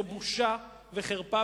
וזו בושה וחרפה.